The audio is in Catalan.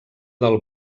del